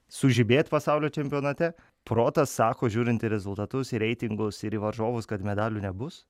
sužibėt pasaulio čempionate protas sako žiūrint į rezultatus į reitingus ir į varžovus kad medalių nebus